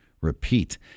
repeat